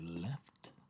left